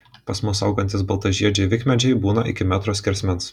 pas mus augantys baltažiedžiai vikmedžiai būna iki metro skersmens